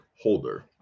Holder